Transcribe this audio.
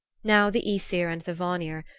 now the aesir and the vanir,